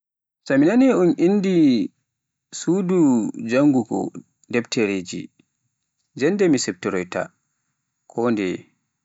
So mi naani un inni suudu jaangugo defteji, jannde mi siftoroyta, kondeye.